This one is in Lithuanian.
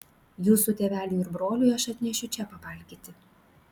jūsų tėveliui ir broliui aš atnešiu čia pavalgyti